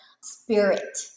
spirit